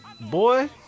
Boy